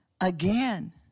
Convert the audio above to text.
again